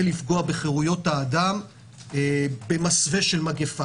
לפגוע בחרויות האדם במסווה של מגיפה,